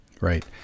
Right